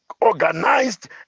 organized